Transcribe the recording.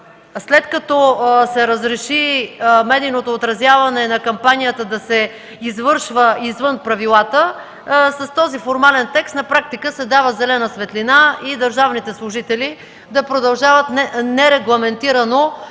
след като се разреши медийното отразяване на кампанията да се извършва извън правилата, с този формален текст на практика се дава зелена светлина и държавните служители да продължават нерегламентирано